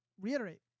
reiterate